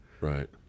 Right